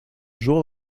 jour